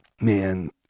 man